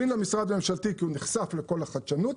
ו-win למשרד הממשלתי כי הוא נחשף לכל החדשנות,